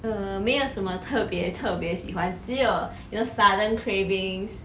err 没有什么特别特别喜欢只有 you know sudden cravings